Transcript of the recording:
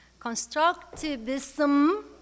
constructivism